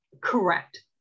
Correct